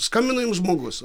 skambina jum žmogus